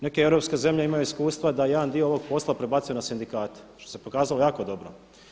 Neke europske zemlje imaju iskustva da jedan dio ovog posla prebacuju na sindikate što se pokazalo jako dobro.